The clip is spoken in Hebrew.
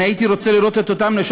אני הייתי רוצה לראות את אותן נשות